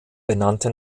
benannte